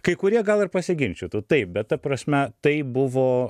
kai kurie gal ir pasiginčytų taip bet ta prasme tai buvo